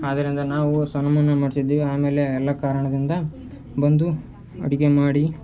ಆದ್ದರಿಂದ ನಾವು ಸನ್ಮಾನ ಮಾಡಿಸಿದ್ದೀವಿ ಆಮೇಲೆ ಎಲ್ಲ ಕಾರಣದಿಂದ ಬಂದು ಅಡುಗೆ ಮಾಡಿ